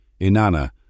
Inanna